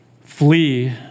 flee